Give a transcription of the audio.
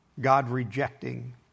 God-rejecting